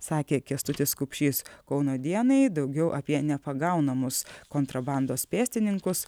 sakė kęstutis kupšys kauno dienai daugiau apie nepagaunamus kontrabandos pėstininkus